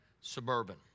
Suburban